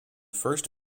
first